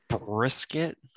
brisket